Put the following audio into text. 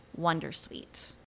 wondersuite